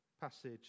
passage